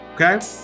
okay